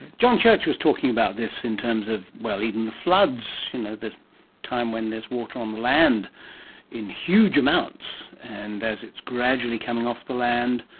john church was talking about this in terms of. well, even the floods, you know the time when there's water on the land in huge amounts, and as it's gradually coming off the land,